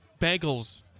bagels